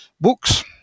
books